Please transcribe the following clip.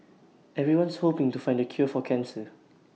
everyone's hoping to find the cure for cancer